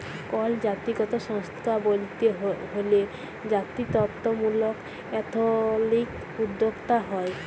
call জাতিগত সংস্থা ব্যইলতে হ্যলে জাতিত্ত্বমূলক এথলিক উদ্যোক্তা হ্যয়